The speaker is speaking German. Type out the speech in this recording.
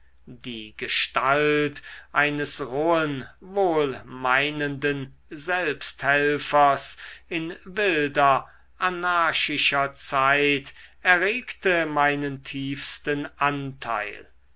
die gestalt eines rohen wohlmeinenden selbsthelfers in wilder anarchischer zeit erregte meinen tiefsten anteil